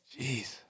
Jeez